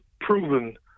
proven